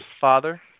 father